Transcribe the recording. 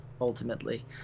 ultimately